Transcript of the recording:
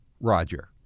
Roger